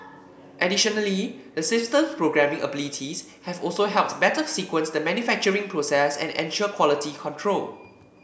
additionally the system's programming abilities have also helped better sequence the manufacturing process and ensure quality control